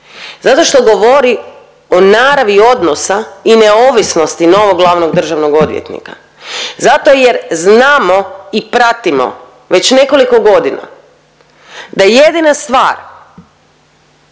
Zato što govori o naravi odnosa i neovisnosti novog glavnog državnog odvjetnika, zato jer znamo i pratimo već nekoliko godina da jedina stvar